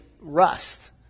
rust